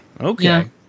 okay